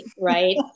right